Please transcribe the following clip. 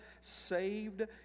saved